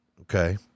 okay